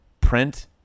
print